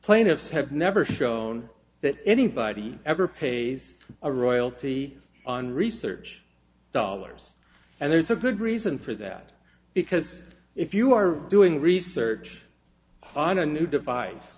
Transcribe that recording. plaintiffs have never shown that anybody ever pays a royalty on research dollars and there's a good reason for that because if you are doing research on a new devi